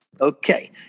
Okay